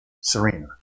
Serena